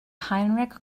heinrich